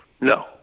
No